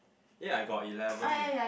ya I got eleven eh